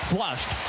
Flushed